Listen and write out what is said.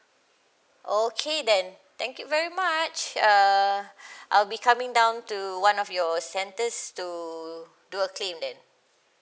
okay then thank you very much uh I will be coming down to one of your centers to do a claim then